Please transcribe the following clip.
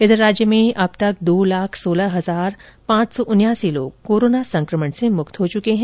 इधर राज्य में अब तक दो लाख सोलह हजार पांच सौ उन्यासी लोग कोरोना से मुक्त हो चुके हैं